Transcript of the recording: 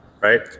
right